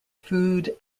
food